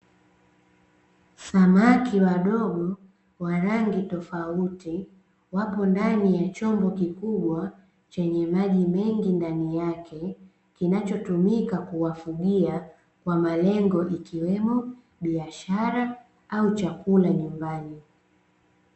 Samaki wadogo wa rangi tofauti, wapo ndani ya chombo kikubwa chenye maji mengi ndani yake, kinachotumika kuwafugia, kwa malengo ikiwemo biashara au chakula nyumbani.